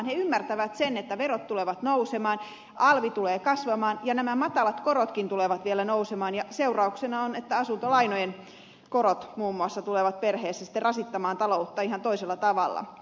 he ymmärtävät sen että verot tulevat nousemaan alvi tulee kasvamaan ja nämä matalat korotkin tulevat vielä nousemaan ja seurauksena on että asuntolainojen korot muun muassa tulevat perheessä sitten rasittamaan taloutta ihan toisella tavalla